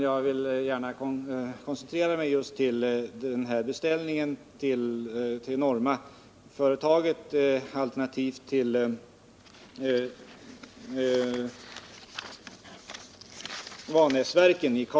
Jag vill i stället koncentrera mig på spörsmålet om beställningen till Norma Projektilfabrik alternativt till Vanäsverken.